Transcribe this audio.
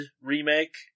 remake